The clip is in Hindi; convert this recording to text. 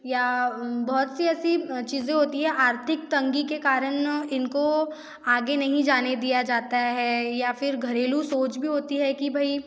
या बहुत सी ऐसी चीज़ें होती है आर्थिक तंगी के कारण इनको आगे नहीं जाने दिया जाता है या फिर घरेलु सोंच भी होती है कि भाई